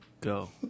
go